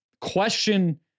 question